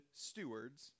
stewards